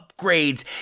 upgrades